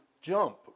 jump